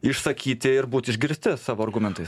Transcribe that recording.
išsakyti ir būt išgirsti savo argumentais